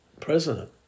president